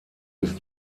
ist